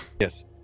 Yes